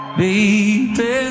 baby